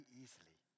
easily